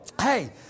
Hey